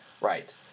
Right